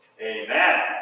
amen